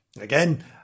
Again